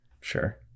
Sure